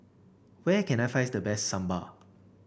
where can I find the best Sambar